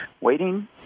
waiting